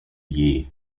year